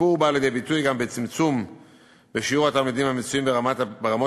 השיפור בא לידי ביטוי גם בצמצום בשיעור התלמידים המצויים ברמות